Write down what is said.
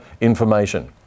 information